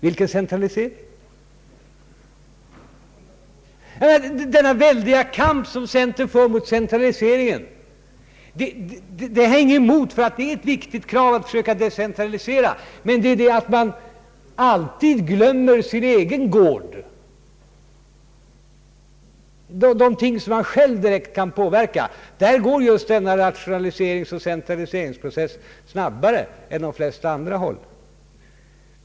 Vilken centralisering! Jag har ingenting emot denna väldiga kamp som centern för mot centraliseringen, eftersom det är ett viktigt krav att försöka decentralisera. Men man glömmer alltid sin egen gård och de ting man själv direkt kan påverka. Just där går denna rationaliseringsoch centraliseringsprocess snabbare än på de flesta andra håll.